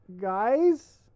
Guys